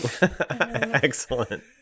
Excellent